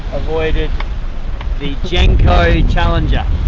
avoided the genco challenger.